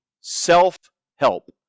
self-help